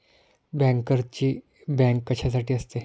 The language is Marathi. बँकर्सची बँक कशासाठी असते?